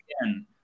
again